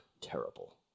terrible